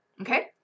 okay